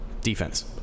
Defense